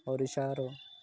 ଓଡ଼ିଶାରୁ